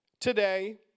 Today